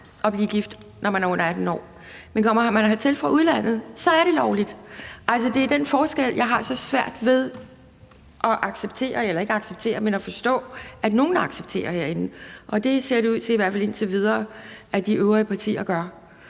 at blive gift, når man er under 18 år. Men kommer man hertil fra udlandet, er det lovligt. Det er den forskel, jeg har så svært ved at forstå at nogen herinde accepterer. Og det ser det ud til, i hvert fald indtil videre, at de øvrige partier gør.